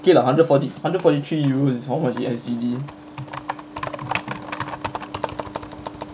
okay lah hundred forty hundred forty three euros is how much in SGD